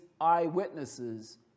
eyewitnesses